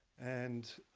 and